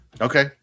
Okay